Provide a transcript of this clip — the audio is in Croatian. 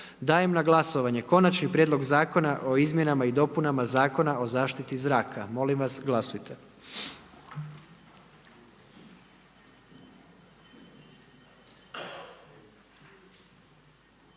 dajem na glasovanje Konačni prijedlog zakona o izmjenama i dopunama Zakona o strancima. Molim vas glasujte,